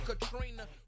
katrina